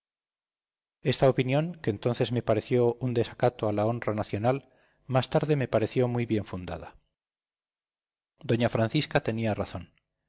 esta opinión que entonces me pareció un desacato a la honra nacional más tarde me pareció muy bien fundada doña francisca tenía razón